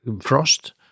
frost